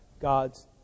God's